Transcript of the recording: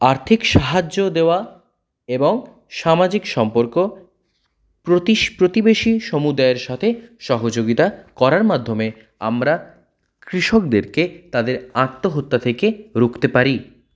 আর্থিক সাহায্য দেওয়া এবং সামাজিক সম্পর্ক প্রতিস প্রতিবেশী সমুদায়ের সাতে সহযোগিতা করার মাধ্যমে আমরা কৃষকদেরকে তাদের আত্মহত্যা থেকে রুখতে পারি